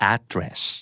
Address